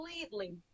completely